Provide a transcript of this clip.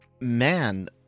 man